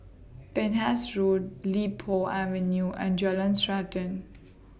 Penhas Road Li Po Avenue and Jalan Srantan